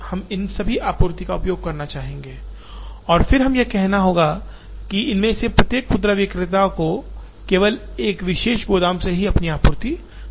हम इन सभी आपूर्ति का उपयोग करना चाहते हैं और फिर हमें यह कहना होगा कि इनमें से प्रत्येक खुदरा विक्रेताओं को केवल एक विशेष गोदाम से ही अपनी आपूर्ति मिलेगी